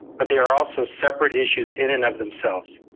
but they are also separate issues in and of themselves.